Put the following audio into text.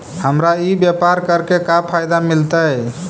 हमरा ई व्यापार करके का फायदा मिलतइ?